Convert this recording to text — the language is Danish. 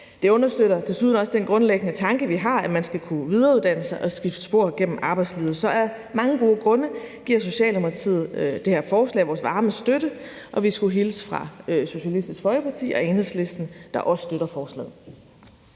Det understøtter desuden også den grundlæggende tanke, vi har, at man skal kunne videreuddanne sig og skifte spor gennem arbejdslivet. Så af mange gode grunde giver Socialdemokratiet det her forslag vores varme støtte, og vi skulle hilse fra Socialistisk Folkeparti og Enhedslisten, der også støtter forslaget.